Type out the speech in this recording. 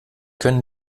können